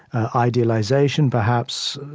idealization perhaps